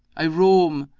i roam,